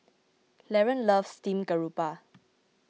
Laron loves Steamed Garoupa